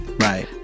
Right